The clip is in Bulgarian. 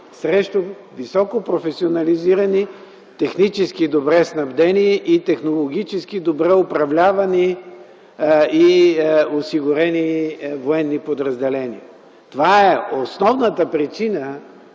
срещу високопрофесионализирани, технически добре снабдени и технологически добре управлявани и осигурени военни подразделения. Това е основната причина,